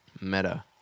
meta